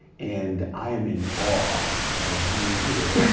and i am in awe of being here.